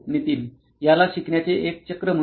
नितीनयाला शिकण्याचे एक चक्र म्हणू या